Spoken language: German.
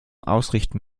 ausrichten